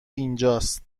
اینجاست